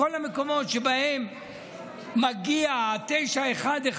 כל המקומות שבהם מגיע ה-911,